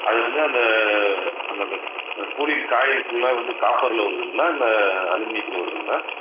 அது வந்து அந்த அந்த கூலிங்க்கு காய்கறி ஃபுல்லாகவே வந்து காப்பரில் வருதுங்களா இல்லை அலுமினியத்தில் வருதுங்களா